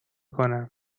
کنم